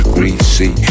Greasy